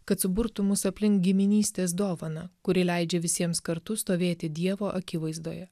kad suburtų mus aplink giminystės dovaną kuri leidžia visiems kartu stovėti dievo akivaizdoje